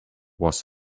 was